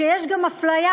שיש גם אפליה,